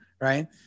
Right